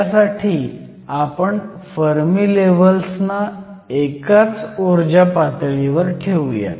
त्यासाठी आपण फर्मी लेव्हल्सना एकाच ऊर्जा पातळीवर ठेऊयात